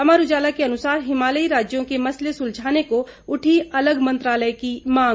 अमर उजाला के अनुसार हिमालयी राज्यों के मसले सुलझाने को उठी अलग मंत्रालय की मांग